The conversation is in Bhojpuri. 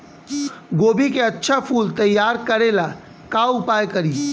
गोभी के अच्छा फूल तैयार करे ला का उपाय करी?